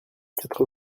quatre